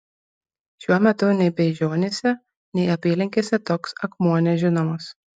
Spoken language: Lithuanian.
šiuo metu nei beižionyse nei apylinkėse toks akmuo nežinomas